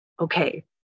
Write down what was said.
okay